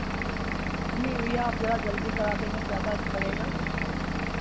नहीं भैया आप ज़रा जल्दी करा देंगे ज़्यादा अच्छा रहेगा